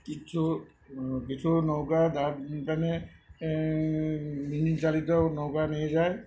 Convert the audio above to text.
কিছু কিছু নৌকা দাঁড় টানে এ মিনি চালিত নৌকা নিয়ে যায়